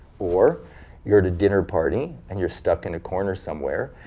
or you're at a dinner party, and you're stuck in a corner somewhere,